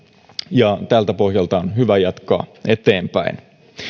ja tältä pohjalta on hyvä jatkaa eteenpäin